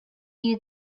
you